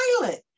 pilot